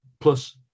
plus